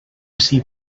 ací